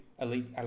elite